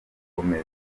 gukomeza